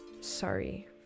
sorry